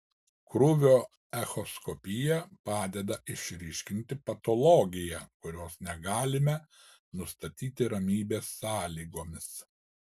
krūvio echoskopija padeda išryškinti patologiją kurios negalime nustatyti ramybės sąlygomis